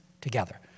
together